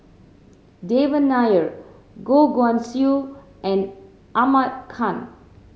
Devan Nair Goh Guan Siew and Ahmad Khan